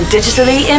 Digitally